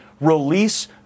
release